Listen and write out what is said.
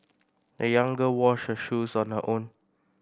the young girl washed her shoes on her own